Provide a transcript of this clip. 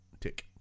tick